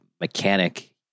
mechanic